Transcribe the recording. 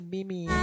Mimi